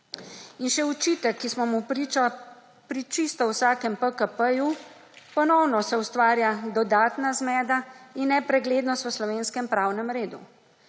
In še očitek, ki smo mu priča pri čisto vsakem PKP-ju, ponovno se ustvarja dodatna zmeda in nepreglednost v slovenskem pravne redu.